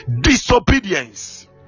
disobedience